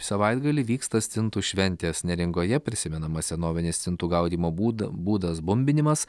savaitgalį vyksta stintų šventės neringoje prisimenamas senovinės stintų gaudymo būda būdas bumbinimas